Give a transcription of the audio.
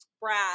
Brad